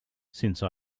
since